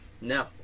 No